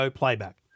playback